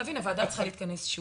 והוועדה צריכה להתכנס שוב.